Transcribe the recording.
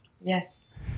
Yes